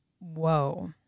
whoa